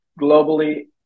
globally